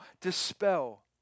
dispel